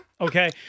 Okay